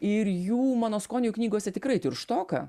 ir jų mano skoniui knygose tikrai tirštoka